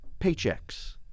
paychecks